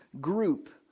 group